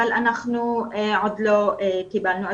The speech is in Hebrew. אבל אנחנו עוד לא קיבלנו,